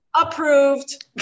approved